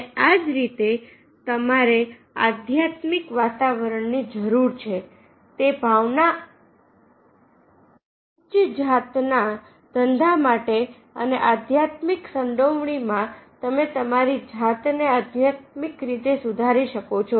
અને આ જ રીતે તમારે આધ્યાત્મિક વાતાવરણ ની જરૂર છે તે ભાવના આવા ઉચ્ચ જાતના ધંધા માટે અને આધ્યાત્મિક સંડોવણી મા તમે તમારી જાતને આધ્યાત્મિક રીતે સુધારી શકો છો